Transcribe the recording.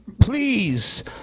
Please